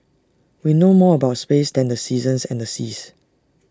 we know more about space than the seasons and the seas